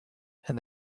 and